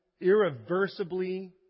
Irreversibly